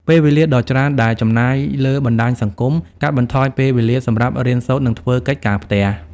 ពេលវេលាដ៏ច្រើនដែលចំណាយលើបណ្ដាញសង្គម កាត់បន្ថយពេលវេលាសម្រាប់រៀនសូត្រ និង ធ្វើកិច្ចការផ្ទះ។